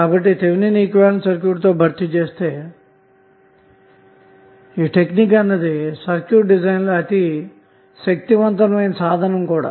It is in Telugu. కాబట్టి థెవెనిన్ ఈక్వివలెంట్ సర్క్యూట్ తో భర్తీ చేసే టెక్నిక్ అన్నది సర్క్యూట్ డిజైన్ లో అతి శక్తివంతమైన సాధనం కూడా